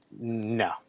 no